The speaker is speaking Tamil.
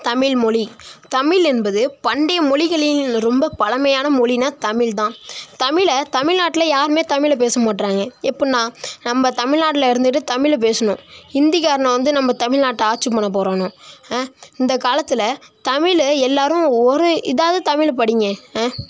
தமிழ்மொழி தமிழ் என்பது பண்டைய மொழிகளில் ரொம்ப பழமையான மொழின்னா தமிழ் தான் தமிழை தமிழ்நாட்டில் யாருமே தமிழில் பேச மாட்கிறங்க எப்படின்னா நம்ம தமிழ்நாட்டில் இருந்துக்கிட்டு தமிழில் பேசணும் ஹிந்தி கரனுவோ வந்து நம்ம தமிழ்நாட்டை ஆட்சி பண்ண போகிறானோ இந்த காலத்தில் தமிழை எல்லாரும் ஒரு இதாவது தமிழில் படிங்க ஆ